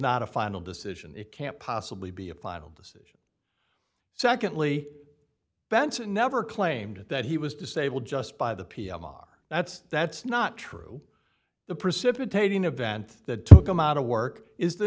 not a final decision it can't possibly be a final decision secondly benson never claimed that he was disabled just by the pm are that's that's not true the precipitating event that took him out of work is the